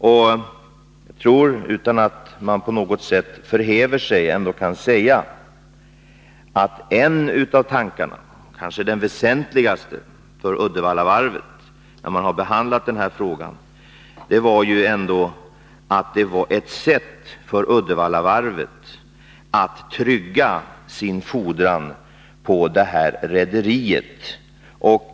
Jag tror att man utan att på något sätt förhäva sig kan säga att en av tankarna — kanske den väsentligaste för Uddevallavarvet— när man behandlade den här frågan var att detta var ett sätt för Uddevallavarvet att trygga sin fordran på rederiet.